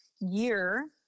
year